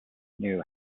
knew